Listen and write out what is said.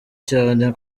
cyane